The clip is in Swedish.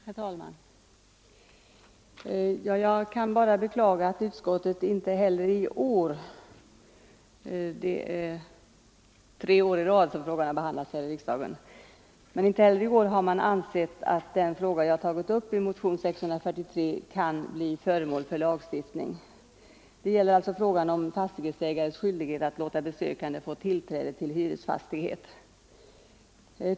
Herr talman! Jag kan bara beklaga att utskottet inte heller i år ansett att den fråga jag tagit upp i motionen 643 — samma fråga har ju behandlats tre år i följd här i riksdagen — kan bli föremål för lagstiftning. Det gäller alltså fastighetsägares skyldighet att låta besökare få tillträde till hyresfastighet.